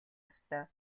ёстой